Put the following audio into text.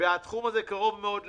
התחום הזה קרוב מאוד לליבי.